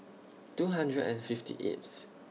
two hundred and fifty eighth